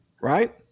Right